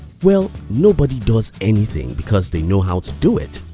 well, nobody does anything because they know how to do it.